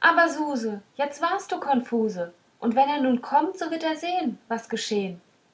aber suse jetzt warst du konfuse wenn er nun kommt so wird er sehn was geschehn